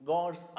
God's